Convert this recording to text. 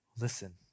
Listen